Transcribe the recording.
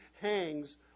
Hangs